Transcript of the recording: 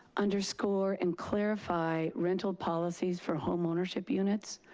underscore and clarify rental policies for home ownership units.